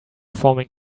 forming